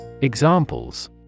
Examples